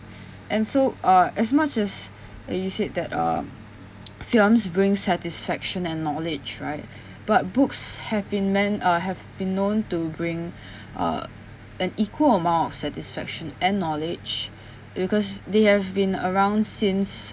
and so uh as much as you said that uh films bring satisfaction and knowledge right but books have been men~ uh have been known to bring uh an equal amount of satisfaction and knowledge because they have been around since